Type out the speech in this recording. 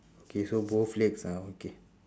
okay so both legs ah okay